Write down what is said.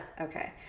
Okay